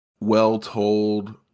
well-told